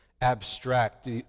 abstract